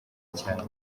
cyane